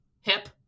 hip